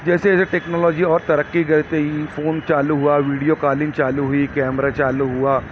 جیسے جیسے ٹیکنالوجی اور ترقی کر گئی فون چالو ہوا ویڈیو کالنگ چالو ہوئی کیمرہ چالو ہوا